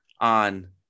on